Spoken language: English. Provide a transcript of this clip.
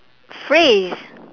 phrase